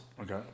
Okay